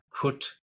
put